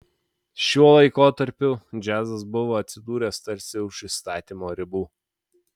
šiuo laikotarpiu džiazas buvo atsidūręs tarsi už įstatymo ribų